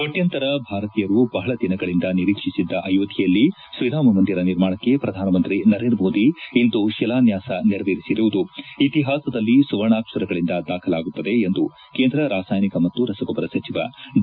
ಕೋಟ್ಚಾಂತರ ಭಾರತೀಯರು ಬಹಳ ದಿನಗಳಿಂದ ನಿರೀಕ್ಷಿಸಿದ್ದ ಅಯೋಧ್ವೆಯಲ್ಲಿ ಶ್ರೀರಾಮ ಮಂದಿರ ನಿರ್ಮಾಣಕ್ಕೆ ಪ್ರಧಾನಮಂತ್ರಿ ನರೇಂದ್ರ ಮೋದಿ ಇಂದು ಶಿಲಾನ್ವಾಸ ನೆರವೇರಿಸಿರುವುದು ಇತಿಹಾಸದಲ್ಲಿ ಸುವರ್ಣಾಕ್ಷರಗಳಿಂದ ದಾಖಲಾಗುತ್ತದೆ ಎಂದು ಕೇಂದ್ರ ರಾಸಾಯನಿಕ ಮತ್ತು ರಸಗೊಬ್ಲರ ಸಚಿವ ಡಿ